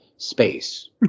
space